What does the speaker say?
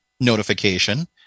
notification